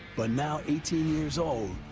but now eighteen years old,